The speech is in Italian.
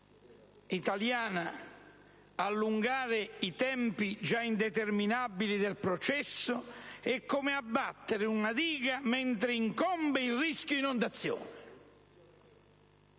italiana, allungare i tempi indeterminabili del processo è come abbattere una diga mentre incombe un rischio inondazione.